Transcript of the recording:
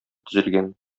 төзелгән